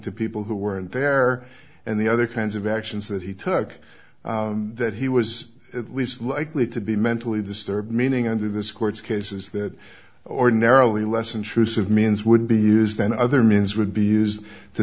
to people who weren't there and the other kinds of actions that he took that he was at least likely to be mentally disturbed meaning under this court's cases that ordinarily less intrusive means would be used and other means would be used to